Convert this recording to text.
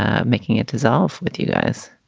ah making it dissolve with you guys.